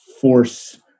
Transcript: force